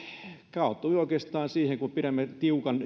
kaatui oikeastaan siihen kun kun pidämme tiukan